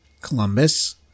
Columbus